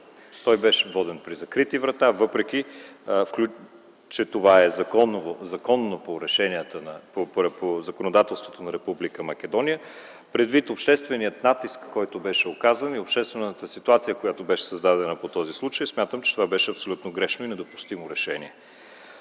Той беше воден при закрити врата, въпреки че това е законно по законодателството на Република Македония. Предвид обществения натиск, който беше оказан и обществената ситуация, която беше създадена по този случай, смятам, че това беше абсолютно грешно и недопустимо решение.